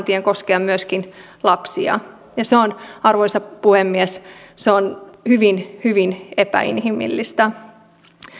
tien koskea myöskin lapsia ja se on arvoisa puhemies se on hyvin hyvin epäinhimillistä